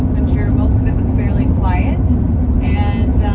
i'm sure most of it was fairly quiet and